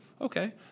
Okay